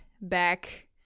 back